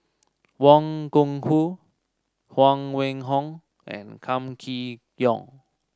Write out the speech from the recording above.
Wang Gungwu Huang Wenhong and Kam Kee Yong